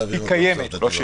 קיימת.